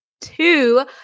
two